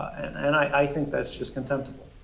and and i think that's just contemptible.